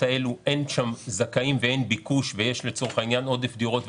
האלו אין שם זכאים ואין ביקוש ויש לצורך העניין עודף דירות.